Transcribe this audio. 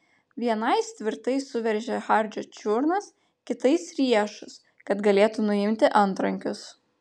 vienais tvirtai suveržė hardžio čiurnas kitais riešus kad galėtų nuimti antrankius